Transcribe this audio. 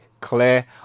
clear